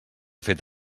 fet